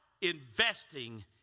investing